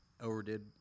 overdid